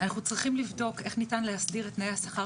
אנחנו צריכים לבדוק איך ניתן להסדיר את תנאי השכר